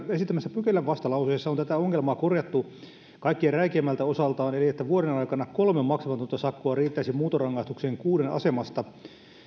esittämässä pykälävastalauseessa on tätä ongelmaa korjattu kaikkein räikeimmältä osalta eli siltä että vuoden aikana kolme maksamatonta sakkoa riittäisi muuntorangaistukseen kuuden asemasta